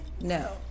No